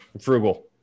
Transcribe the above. frugal